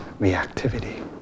reactivity